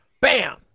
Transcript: bam